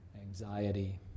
anxiety